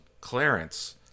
Clarence